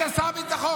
ליברמן היה שר ביטחון.